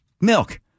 Milk